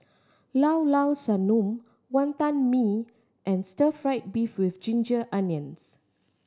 Llao Llao Sanum Wantan Mee and stir fried beef with ginger onions